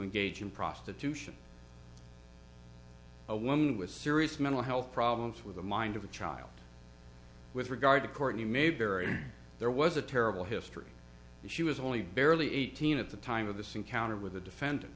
engage in prostitution a woman with serious mental health problems with the mind of a child with regard to courtney mayberry there was a terrible history and she was only barely eighteen at the time of this encounter with the defendant